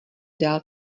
dál